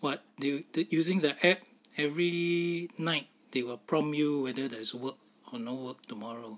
what do to using the app every night they will prompt you whether there's work or no work tomorrow